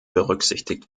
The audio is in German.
berücksichtigt